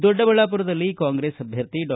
ದೊಡ್ಡಬಳ್ಳಾಪುರದಲ್ಲಿ ಕಾಂಗ್ರೆಸ್ ಅಭ್ಯರ್ಥಿ ಡಾ